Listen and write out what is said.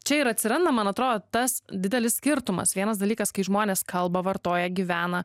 čia ir atsiranda man atrodo tas didelis skirtumas vienas dalykas kai žmonės kalba vartoja gyvena